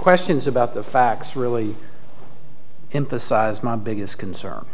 questions about the facts really emphasize my biggest concern